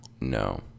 no